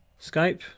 Skype